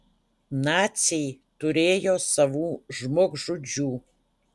naciai turėjo savų žmogžudžių